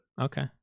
Okay